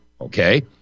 Okay